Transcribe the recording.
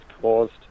caused